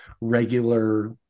regular